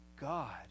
God